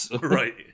Right